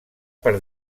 per